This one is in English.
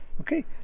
Okay